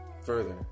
further